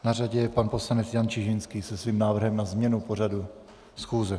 Na řadě je pan poslanec Jan Čižinský se svým návrhem na změnu v pořadu schůze.